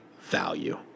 value